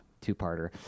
two-parter